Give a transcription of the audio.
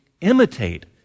imitate